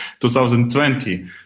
2020